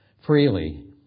freely